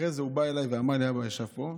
אחרי זה הוא בא אליי ואמר לי, אבא ישב פה,